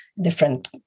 different